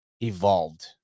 evolved